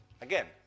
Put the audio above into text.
Again